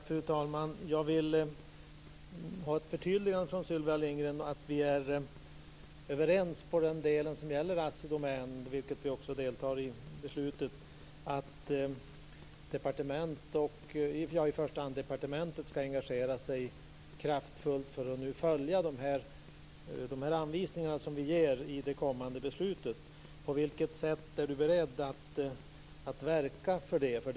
Fru talman! Jag skulle vilja ha ett förtydligande från Sylvia Lindgren om att vi är överens på den punkt som gäller Assi Domän och att i första hand departementet skall engagera sig kraftfullt för att följa de anvisningar som vi ger i det kommande beslutet. På vilket sätt är Sylvia Lindgren beredd att verka för detta?